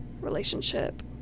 relationship